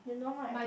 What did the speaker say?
you don't like ah